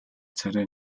царай